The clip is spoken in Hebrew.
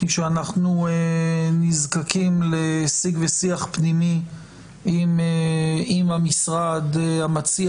שאנחנו נזקקים לשיג ושיח פנימי עם המשרד המציע